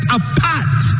apart